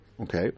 Okay